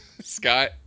Scott